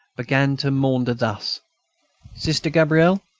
began to maunder thus sister gabrielle.